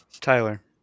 Tyler